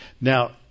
Now